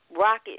rocket